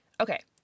Okay